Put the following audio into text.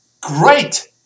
great